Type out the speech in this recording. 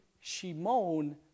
Shimon